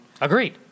Agreed